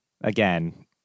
again